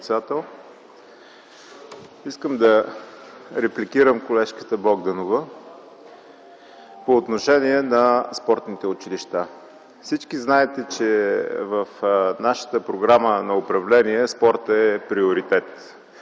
искам да репликирам колежката Богданова по отношение на спортните училища. Всички знаете, че в нашата програма на управление спортът е приоритет.